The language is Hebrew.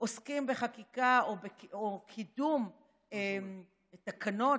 עוסקים בחקיקה ובקידום תקנות